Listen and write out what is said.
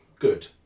Good